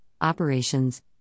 Operations